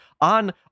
on